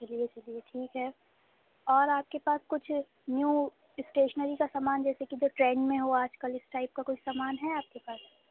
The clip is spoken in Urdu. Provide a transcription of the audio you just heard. جی چلیے ٹھیک ہے اور آپ کے پاس کچھ نیو اسٹیشنری کا سامان جیسے کہ جو ٹرنڈ میں ہو آج کل اِس ٹائپ کا کچھ سامان ہے آپ کے پاس